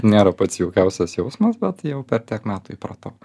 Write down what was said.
nėra pats jaukiausias jausmas bet jau per tiek metų įpratau